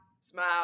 smile